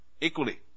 equally